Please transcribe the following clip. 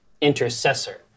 intercessor